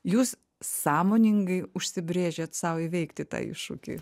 jūs sąmoningai užsibrėžėt sau įveikti tą iššūkį